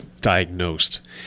diagnosed